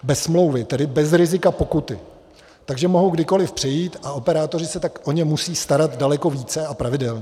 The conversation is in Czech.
Bez smlouvy, tedy bez rizika pokuty, takže mohou kdykoliv přejít a operátoři se tak o ně musí starat daleko více a pravidelně.